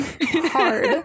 Hard